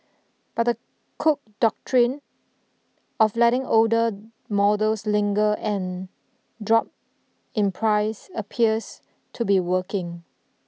but the Cook Doctrine of letting older models linger and drop in price appears to be working